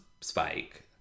Spike